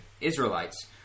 Israelites